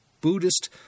Buddhist